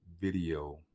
video